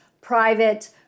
private